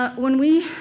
ah when we,